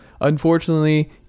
Unfortunately